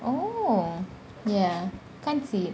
oh ya can't see it